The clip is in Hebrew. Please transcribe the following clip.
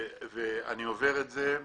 אני עובר את זה.